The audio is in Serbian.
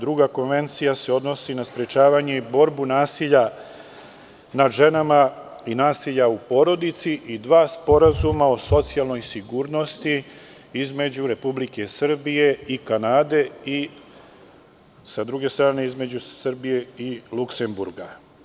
Druga konvencija se odnosi na sprečavanje i borbu nasilja nad ženama i nasilja u porodici i dva sporazuma o socijalnoj sigurnosti između Republike Srbije i Kanade i sa druge strane između Srbije i Luksemburga.